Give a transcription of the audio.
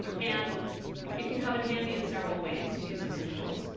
and it can come in handy in several ways to use the principles.